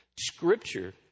Scripture